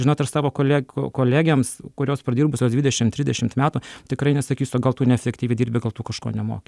žinot aš savo koleg kolegėms kurios pradirbusios dvidešim trisdešimt metų tikrai nesakysiu o gal tu neefektyviai dirbi gal tu kažko nemoki